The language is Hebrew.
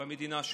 במדינה שלנו.